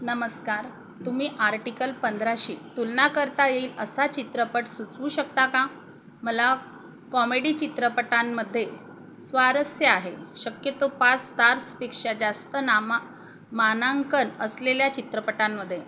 नमस्कार तुम्ही आर्टिकल पंधराशी तुलना करता येईल असा चित्रपट सुचवू शकता का मला कॉमेडी चित्रपटांमध्ये स्वारस्य आहे शक्यतो पाच स्टार्सपेक्षा जास्त नामा मानांकन असलेल्या चित्रपटांमध्ये